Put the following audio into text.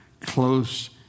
close